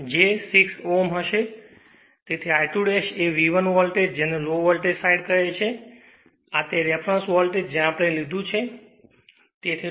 તેથી I2 એ V 1 voltage જેને લો વોલ્ટેજ સાઈડ કહે છે આ તે રેફરન્સ વોલ્ટેજ છે જે આપણે લીધું છે